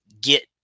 get